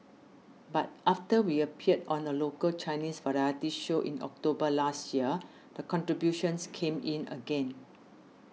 but after we appeared on a local Chinese variety show in October last year the contributions came in again